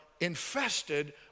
infested